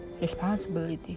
responsibility